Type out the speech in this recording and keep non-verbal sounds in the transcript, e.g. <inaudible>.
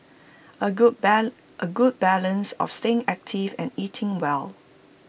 A good <noise> A good balance of staying active and eating well